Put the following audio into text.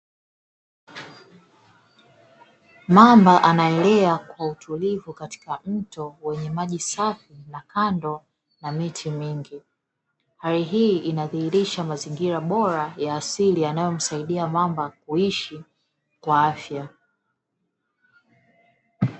Mamba anaelea kwa utulivu katika mto wenye maji safi na kando na miti mingi, hali hii inadhihirisha mazingira bora ya asili yananyomsaidia mamba kuishi kwa afya.